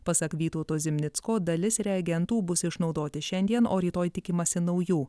pasak vytauto zimnicko dalis reagentų bus išnaudoti šiandien o rytoj tikimasi naujų